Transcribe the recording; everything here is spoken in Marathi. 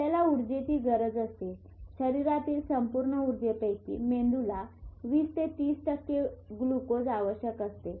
आपल्याला उर्जेची गरज असते शरीरातील संपूर्ण ऊर्जेपैकी मेंदूला 20 ते 30 टक्के ग्लुकोज आवश्यक असते